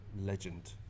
legend